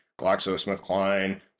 GlaxoSmithKline